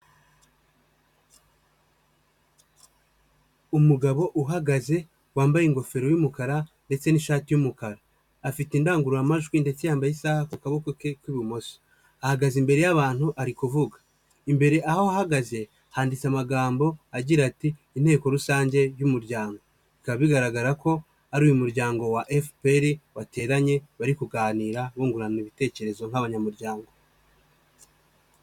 Umugabo uhagaze wambaye ingofero y'umukara ndetse n'ishati y'umukara. Afite indangururamajwi ndetse yambaye isaha ku kaboko ke k'ibumoso. Ahagaze imbere y'abantu ari kuvuga. Imbere aho ahagaze, handitse amagambo agira ati inteko rusange y'umuryango. Bikaba bigaragara ko ari uyu mu ryango wa FPR wateranye, bari kuganira bungurana ibitekerezo nk'abanyamuryango.